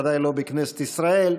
בוודאי לא בכנסת ישראל.